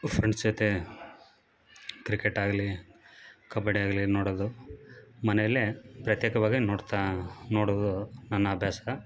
friends ಜೊತೆ cricket ಆಗಲಿ ಕಬಡ್ಡಿ ಆಗಲಿ ನೋಡೋದು ಮನೆಯಲ್ಲೇ ಪ್ರತ್ಯೇಕವಾಗಿ ನೋಡ್ತಾ ನೋಡುವುದು ನನ್ನ ಅಭ್ಯಾಸ